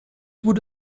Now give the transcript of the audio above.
would